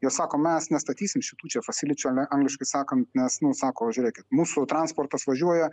jie sako mes nestatysim šitų čia fasiličių ane angliškai sakant nes nu sako žiūrėkit mūsų transportas važiuoja